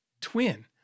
twin